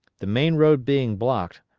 the main road being blocked,